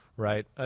Right